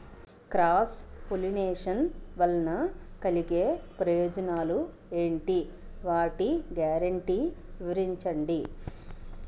Cross pollination వలన కలిగే ప్రయోజనాలు ఎంటి? వాటి గ్యారంటీ వివరించండి?